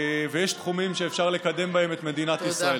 ויש תחומים שאפשר לקדם בהם את מדינת ישראל.